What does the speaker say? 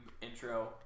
intro